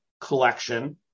collection